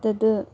तद्